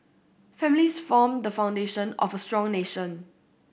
families form the foundation of a strong nation